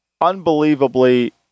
unbelievably